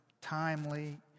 timely